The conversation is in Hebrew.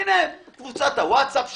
הנה, קבוצת הווטסאפ שלנו,